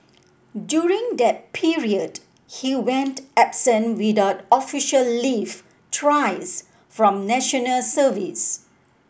during that period he went absent without official leave thrice from National Service